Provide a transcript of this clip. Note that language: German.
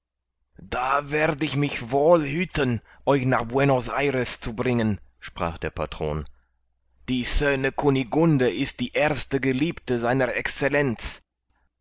da werd ich mich wohl hüten euch nach buenos ayres zu bringen sprach der patron die schöne kunigunde ist die erste geliebte sr excellenz